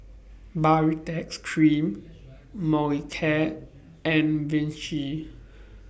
Baritex Cream Molicare and Vichy